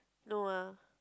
no ah